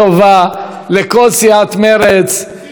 לכל סיעת מרצ המכובדת.